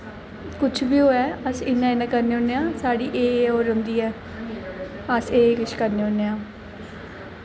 कुछ बी होऐ अस इ'यां इ'यां करने होने आं साढ़ी एह् एह् ओह् रौहंदी ऐ अस एह् एह् कुछ करने होने आं